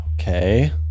okay